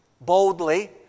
boldly